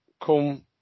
Come